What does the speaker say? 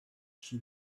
she